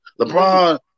LeBron